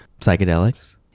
psychedelics